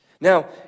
Now